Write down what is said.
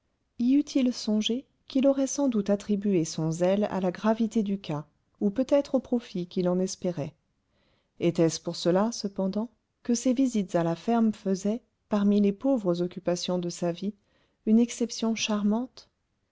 y eût-il songé qu'il aurait sans doute attribué son zèle à la gravité du cas ou peut-être au profit qu'il en espérait était-ce pour cela cependant que ses visites à la ferme faisaient parmi les pauvres occupations de sa vie une exception charmante